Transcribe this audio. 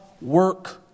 work